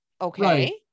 okay